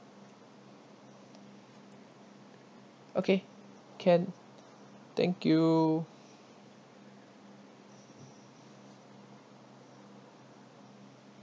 okay can thank you